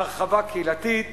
הרחבה קהילתית.